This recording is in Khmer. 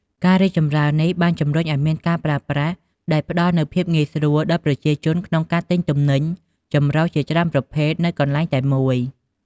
ការរីកចម្រើននេះបានជំរុញឲ្យមានការប្រើប្រាស់ ដោយផ្តល់នូវភាពងាយស្រួលដល់ប្រជាជនក្នុងការទិញទំនិញចម្រុះជាច្រើនប្រភេទនៅកន្លែងតែមួយ។